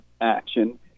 action